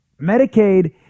Medicaid